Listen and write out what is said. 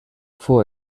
fou